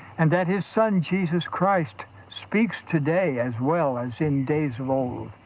and that his son, jesus christ, speaks today as well as in days of old.